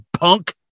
punk